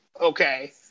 okay